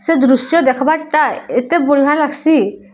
ସେ ଦୃଶ୍ୟ ଦେଖ୍ବାର୍ଟା ଏତେ ବଢ଼ିଆ ଲାଗ୍ସି